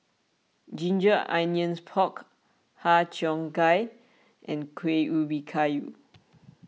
Ginger Onions Pork Har Cheong Gai and Kuih Ubi Kayu